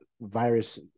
virus